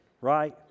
right